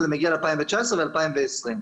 זה מגיע ל-2019 ול-2020.